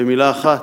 במלה אחת,